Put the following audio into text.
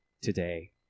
today